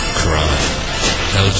crime